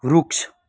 વૃક્ષ